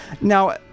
Now